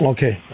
Okay